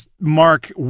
Mark